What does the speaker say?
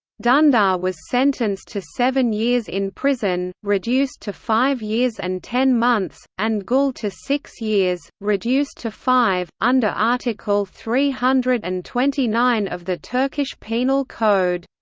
dundar was sentenced to seven years in prison, reduced to five years and ten months and gul to six years, reduced to five, under article three hundred and twenty nine of the turkish penal code.